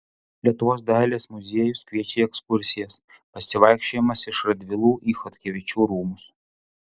lietuvos dailės muziejus kviečia į ekskursijas pasivaikščiojimas iš radvilų į chodkevičių rūmus